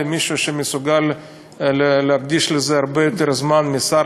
מישהו שמסוגל להקדיש לזה הרבה יותר זמן משר,